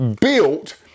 built